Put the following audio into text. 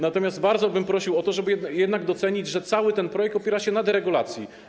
Natomiast bardzo bym prosił o to, żeby jednak docenić, że cały ten projekt opiera się na deregulacji.